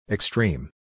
Extreme